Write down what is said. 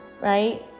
right